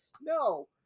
no